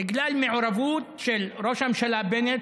בגלל מעורבות של ראש הממשלה בנט,